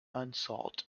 unsought